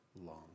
long